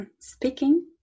speaking